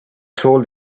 told